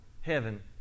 heaven